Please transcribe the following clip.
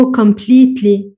completely